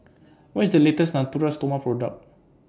What IS The latest Natura Stoma Product